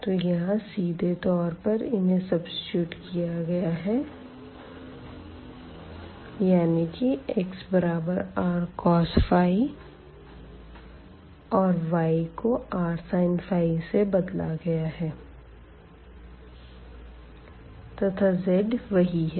तो यहां सीधे तौर पर इन्हे सब्सिट्यूट किया गया है यानी कि xrcos और y को rsin से बदला गया है तथा zवही है